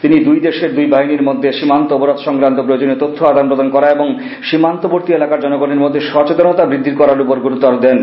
তিনি দুই দেশের দুই বাহিনীর মধ্যে সীমান্ত অপরাধ সংক্রান্ত প্রয়োজনীয় তথ্য আদান প্রদান করা এবং সীমান্তবর্তী এলাকার জনগণের মধ্যে সচেতনতা বৃদ্ধি করার উপর গুরুত্ব দেন